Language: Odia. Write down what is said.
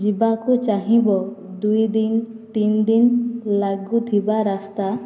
ଯିବାକୁ ଚାହିଁବ ଦୁଇ ଦିନ ତିନି ଦିନ ଲାଗୁଥିବା ରାସ୍ତା